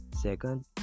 Second